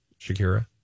Shakira